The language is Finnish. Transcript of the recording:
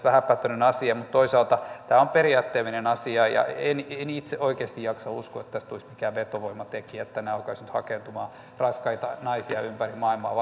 vähäpätöinen asia mutta toisaalta tämä on periaatteellinen asia en en itse oikeasti jaksa uskoa että tästä tulisi mikään vetovoimatekijä että tänne alkaisi nyt hakeutumaan raskaana olevia naisia ympäri maailmaa